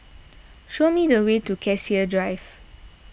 show me the way to Cassia Drive